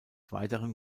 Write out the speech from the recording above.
weiteren